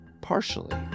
Partially